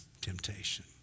temptation